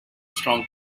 strong